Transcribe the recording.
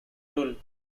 rule